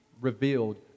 revealed